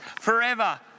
forever